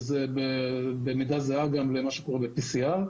זה במידה זהה גם מה שקורה ב-PCR.